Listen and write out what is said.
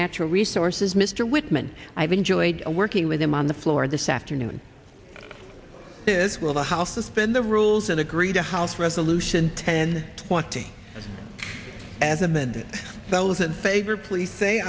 natural resources mr whitman i have enjoyed working with him on the floor this afternoon this will the house suspend the rules and agree to house resolution ten twenty as a bed fellows in favor please say